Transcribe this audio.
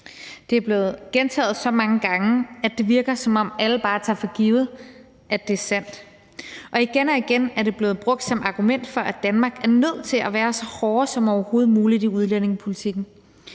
Det er blevet gentaget så mange gange, at det virker, som om alle bare tager for givet, at det er sandt, og igen og igen er det blevet brugt som argument for, at Danmark er nødt til at være så hårde som overhovedet muligt i udlændingepolitikken.